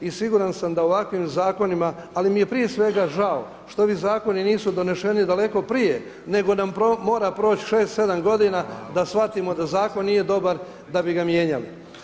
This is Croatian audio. I siguran sam da ovakvim zakonima, ali mi je prije svega žao što ovi zakoni nisu doneseni daleko prije nego nam mora proći 6, 7 godina da shvatimo da zakon nije dobar da bi ga mijenjali.